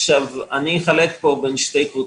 אני אחלק פה בין שתי קבוצות.